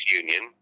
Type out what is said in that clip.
union